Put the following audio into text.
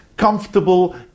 Comfortable